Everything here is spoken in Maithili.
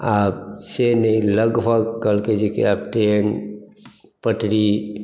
आब से नहि लगभग कहलकै जेकि आब ट्रेन पटरी